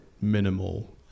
minimal